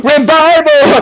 Revival